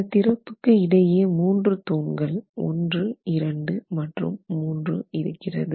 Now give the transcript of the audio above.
இந்த திறப்புக்கு இடையே மூன்று தூண்கள் 12 மற்றும் 3 இருக்கிறது